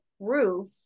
proof